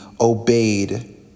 obeyed